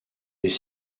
des